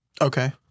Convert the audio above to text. Okay